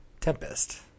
Tempest